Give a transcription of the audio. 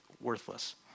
worthless